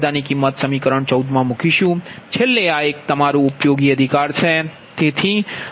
આ બધાની કિમત સમીકરણ 14 મુકીશું છેલ્લે આ એક તમારું ઉપયોગી અધિકાર છે